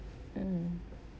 mm